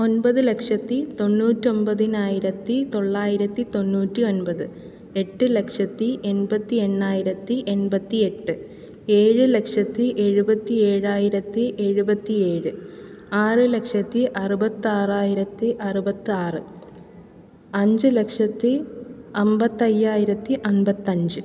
ഒൻമ്പത് ലക്ഷത്തി തൊണ്ണൂറ്റൊമ്പതിനായിരത്തി തൊള്ളായിരത്തി തൊണ്ണൂറ്റിയൊമ്പത് എട്ട് ലക്ഷത്തി എൺമ്പത്തി എണ്ണായിരത്തി എൺമ്പത്തിയെട്ട് ഏഴു ലക്ഷത്തി എഴുപത്തിയേഴായിരത്തി ഏഴുപത്തിയേഴ് ആറുലക്ഷത്തി ആറുപത്താറായിരത്തി അറുപത്താറ് അഞ്ച് ലക്ഷത്തി അമ്പത്തയ്യായിരത്തി അമ്പത്തഞ്ച്